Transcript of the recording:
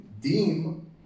deem